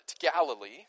Galilee